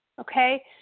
okay